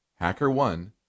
HackerOne